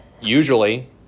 usually